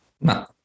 No